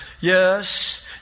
Yes